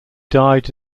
died